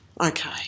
Okay